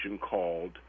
called